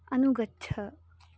अनुगच्छ